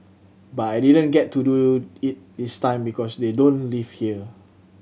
but I didn't get to do it this time because they don't live here